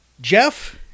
Jeff